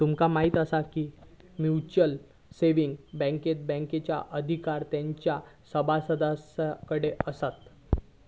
तुमका म्हायती आसा काय, की म्युच्युअल सेविंग बँकेत बँकेचे अधिकार तेंच्या सभासदांकडे आसतत